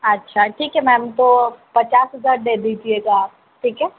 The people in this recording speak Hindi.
अच्छा ठीक है मैम तो पचास हज़ार दे दीजिएगा आप ठीक है